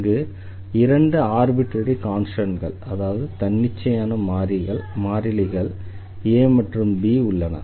இங்கு இரண்டு ஆர்பிட்ரரி கான்ஸ்டண்ட்கள் அதாவது தன்னிச்சையான மாறிலிகள் A மற்றும் B உள்ளன